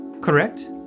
correct